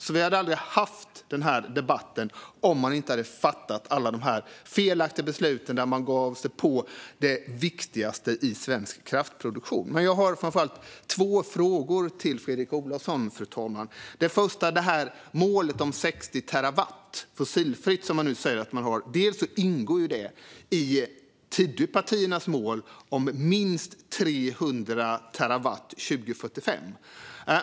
Vi hade alltså aldrig haft den här debatten om man inte hade fattat alla dessa felaktiga beslut, där man gav sig på det viktigaste i svensk kraftproduktion. Jag har två frågor till Fredrik Olovsson, fru talman. Den första gäller målet om 60 terawatt fossilfritt som man nu säger att man har. Det ingår i Tidöpartiernas mål om minst 300 terawatt 2045.